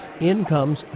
incomes